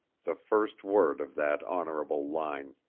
the first word of that honorable line.